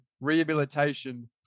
rehabilitation